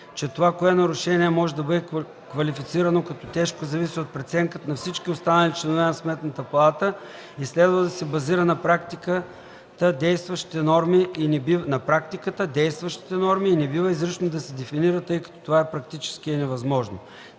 че това кое нарушение може да бъде квалифицирано като тежко зависи от преценката на всички останали членове на Сметната палата и следва да се базира на практиката, действащите норми и не бива изрично да се дефинира, тъй като това практически е невъзможно.